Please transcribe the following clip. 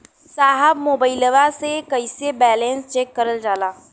साहब मोबइलवा से कईसे बैलेंस चेक करल जाला?